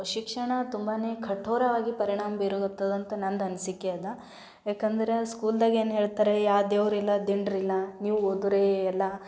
ಶಿಕ್ಷಣ ತುಂಬನೆ ಕಠೋರವಾಗಿ ಪರಿಣಾಮ ಬೀರಾಕ್ಕತ್ತದ ಅಂತ ನಂದು ಅನಿಸಿಕೆ ಅದ ಯಾಕಂದ್ರೆ ಸ್ಕೂಲ್ದಾಗ ಏನು ಹೇಳ್ತಾರೆ ಯಾವ ದೇವ್ರು ಇಲ್ಲ ದಿಂಡ್ರು ಇಲ್ಲ ನೀವು ಹೋದ್ರೆ ಎಲ್ಲ